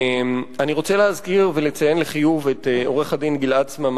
אני רוצה להזכיר ולציין לחיוב את עו"ד גלעד סממה,